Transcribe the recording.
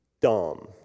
dumb